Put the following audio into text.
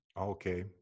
Okay